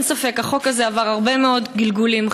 אין ספק, החוק הזה עבר הרבה מאוד גלגולים.